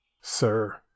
Sir